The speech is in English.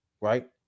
right